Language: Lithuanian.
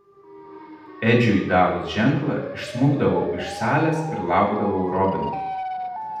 edžiui davus ženklą išsmukdavau iš salės ir laukdavau robino